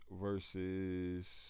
versus